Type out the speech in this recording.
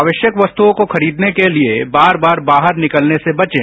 आवश्यक वस्तुओं को खरीदने के लिए बार बार बाहर निकलने से बचें